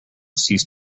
cease